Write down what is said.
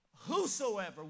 whosoever